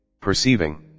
perceiving